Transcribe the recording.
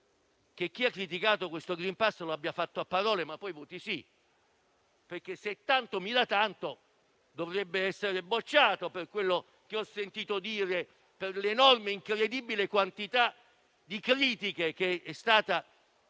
che chi ha criticato questo decreto lo abbia fatto a parole, ma poi voti a favore. Se tanto mi dà tanto, infatti, dovrebbe essere bocciato: per quello che ho sentito dire, per l'enorme e incredibile quantità di critiche che è stata pronunciata